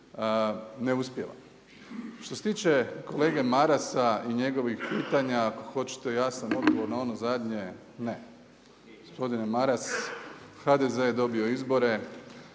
ne uspijevam. Što se tiče kolege Marasa i njegovih pitanja ako hoćete jasan odgovor na ono jasno, ne. Gospodine Maras, HDZ je dobio izbore.